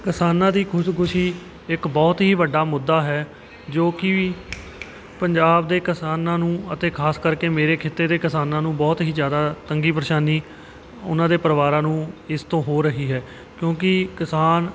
ਕਿਸਾਨਾਂ ਦੀ ਖੁਦਕੁਸ਼ੀ ਇੱਕ ਬਹੁਤ ਹੀ ਵੱਡਾ ਮੁੱਦਾ ਹੈ ਜੋ ਕਿ ਪੰਜਾਬ ਦੇ ਕਿਸਾਨਾਂ ਨੂੰ ਅਤੇ ਖ਼ਾਸ ਕਰਕੇ ਮੇਰੇ ਖਿੱਤੇ ਦੇ ਕਿਸਾਨਾਂ ਨੂੰ ਬਹੁਤ ਹੀ ਜ਼ਿਆਦਾ ਤੰਗੀ ਪਰੇਸ਼ਾਨੀ ਉਹਨਾਂ ਦੇ ਪਰਿਵਾਰਾਂ ਨੂੰ ਇਸ ਤੋਂ ਹੋ ਰਹੀ ਹੈ ਕਿਉਂਕਿ ਕਿਸਾਨ